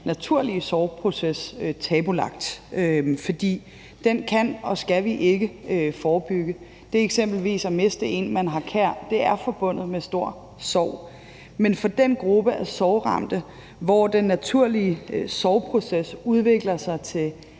naturlige sorgproces tabubelagt, for den kan og skal vi ikke forebygge. Det eksempelvis at miste en, man har kær, er forbundet med stor sorg. Men for den gruppe af sorgramte, hvor den naturlige sorg udvikler sig til